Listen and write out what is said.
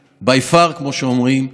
במה עוסקים